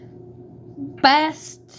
best